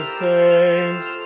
saints